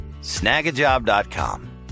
Snagajob.com